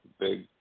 big